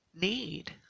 need